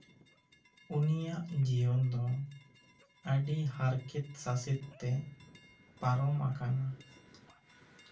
ᱩᱱᱤᱭᱟᱜ ᱡᱤᱭᱚᱱ ᱫᱚ ᱟᱹᱰᱤ ᱦᱟᱨᱠᱮᱛᱼᱥᱟᱥᱮᱛ ᱛᱮ ᱯᱟᱨᱚᱢ ᱟᱠᱟᱱᱟ